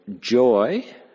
joy